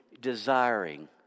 desiring